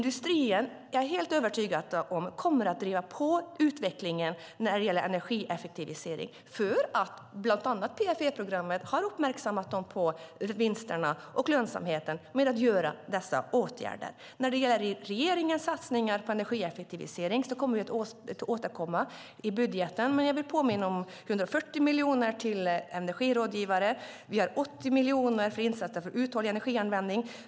Jag är helt övertygad om att industrin kommer att driva på utvecklingen när det gäller energieffektivisering. Bland annat PFE-programmet har uppmärksammat den på vinsterna och lönsamheten med att vidta dessa åtgärder. När det gäller regeringens satsningar på energieffektivisering kommer vi att återkomma i budgeten. Jag vill påminna om att vi har 140 miljoner till energirådgivare. Vi har 80 miljoner för insatser för uthållig energianvändning.